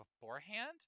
beforehand